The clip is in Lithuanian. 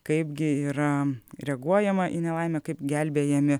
kaipgi yra reaguojama į nelaimę kaip gelbėjami